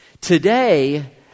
Today